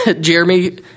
Jeremy